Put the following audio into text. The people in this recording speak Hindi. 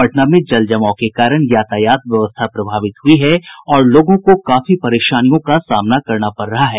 पटना में जल जमाव के कारण यातायात व्यवस्था प्रभावित हुई है और लोगों को काफी परेशानियों का सामना करना पड़ रहा है